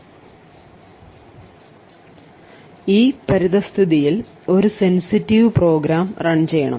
വിശ്വസനീയമായ പരിതസ്ഥിതിയിൽ പ്രവർത്തിപ്പിക്കാൻ വളരെ സെൻസിറ്റീവ് പ്രോഗ്രാം റൺ ചെയ്യണം